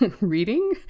reading